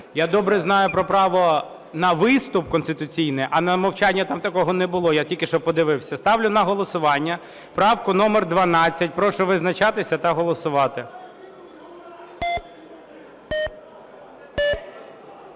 Я добре знаю про право на виступ конституційне, а на мовчання, там такого не було. Я тільки що подивився. Ставлю на голосування правку номер 12. Прошу визначатися та голосувати.